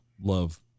love